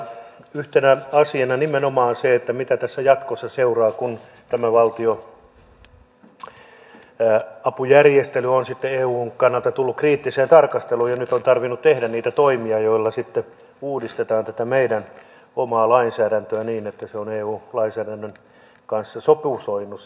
yhtenä asiana nimenomaan on se mitä tässä jatkossa seuraa kun tämä valtionapujärjestely on sitten eun kannalta tullut kriittiseen tarkasteluun ja nyt on tarvinnut tehdä niitä toimia joilla sitten uudistetaan tätä meidän omaa lainsäädäntöä niin että se on eu lainsäädännön kanssa sopusoinnussa